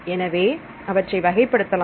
எனவே அவற்றை வகைப்படுத்தலாம்